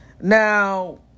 Now